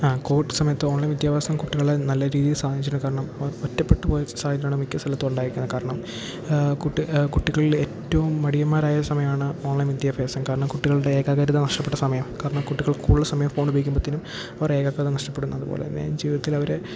ആ കോവിഡ് സമയത്ത് ഓൺലൈൻ വിാഭ്യാസം കുട്ടികളെ നല്ല രീതിയിൽ സ്വാധിനിച്ചിട്ടുണ്ട് കാരണം ഒറ്റപ്പെട്ടുപോയ സാഹചര്യമാണ് മിക്ക സ്ഥലത്തും ഉണ്ടായിരിക്കുന്നത് കാരണം കുട്ടി കുട്ടികളിൽ ഏറ്റവും മടിയന്മാരായ സമയമാണ് ഓൺലൈൻ വിദ്യാഭ്യാസം കാരണം കുട്ടികളുടെ ഏകാഗ്രത നഷ്ടപ്പെട്ട സമയം കാരണം കുട്ടികൾ കൂടുതൽ സമയം ഫോൺ ഉപയോഗിക്കുമ്പോഴത്തേക്കും അവരുടെ ഏകാഗ്രത നഷ്ടപ്പെടുന്നു അതുപോലെതന്നെ ജീവിതത്തിലവരെ